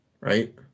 right